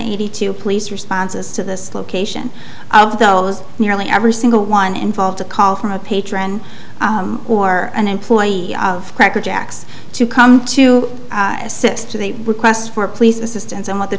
eighty two police responses to this location of those nearly every single one involved a call from a patron or an employee of cracker jacks to come to six to the requests for police assistance and what the